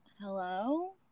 Hello